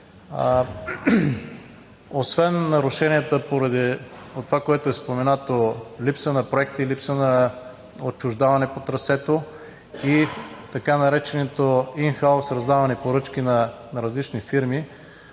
Освен нарушенията поради това, което е споменато – липса на проекти, липса на отчуждаване по трасето и така нареченото ин хаус раздаване поръчки на различни фирми,